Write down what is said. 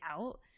out